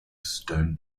stone